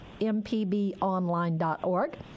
mpbonline.org